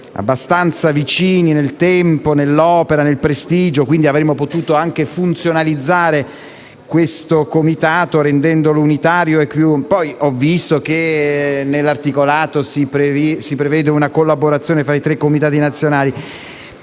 abbastanza vicini nel tempo, nell'opera e nel prestigio. Quindi, avremmo anche potuto funzionalizzare il comitato rendendolo unitario. Ho visto, poi, che nell'articolato si prevede una collaborazione fra i tre comitati nazionali.